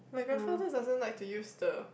my grandfather doesn't like to use the